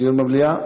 דיון בוועדה.